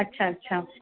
अच्छा अच्छा